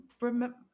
remember